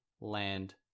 land